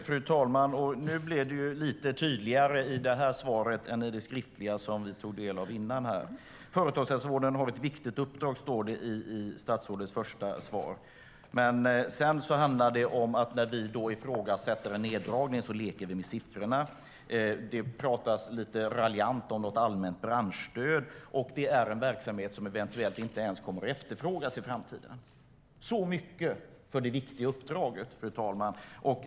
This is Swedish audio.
Fru talman! Det blev lite tydligare i det här svaret än i det skriftliga svaret som jag tog del av tidigare. Företagshälsovården har ett viktigt uppdrag, står det i statsrådets interpellationssvar. Men när vi ifrågasätter neddragningen handlar det om att vi leker med siffrorna. Det talas lite raljant om något allmänt branschstöd och att det är en verksamhet som eventuellt inte ens kommer att efterfrågas i framtiden - så mycket för det viktiga uppdraget.